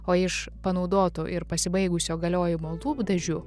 o iš panaudotų ir pasibaigusio galiojimo lūpdažių